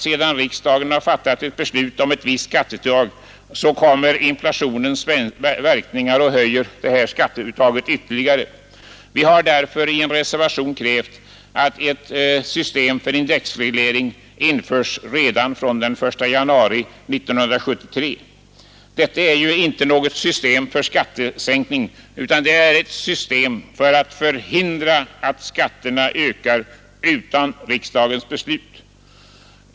Sedan riksdagen fattat beslut om ett visst skatteuttag kommer inflationens verkningar och höjer skatteuttaget ytterligare, och det är inte rimligt. Vi har därför i en reservation krävt att ett system för indexreglering införs redan från den 1 januari 1973. Detta är inte något system för skattesänkning utan ett system för att förhindra att skatterna ökar utan riksdagsbeslut.